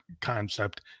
concept